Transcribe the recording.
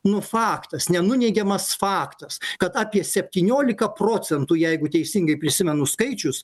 nu faktas nenuneigiamas faktas kad apie septyniolika procentų jeigu teisingai prisimenu skaičius